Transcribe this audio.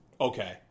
Okay